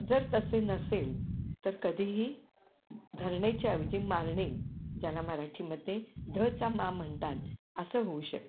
जर तसे नसेल तर कधीही धरणेच्या ऐवजी मारणे ज्याला मराठीमध्ये ध चा मा म्हणतात असं होऊ शकतं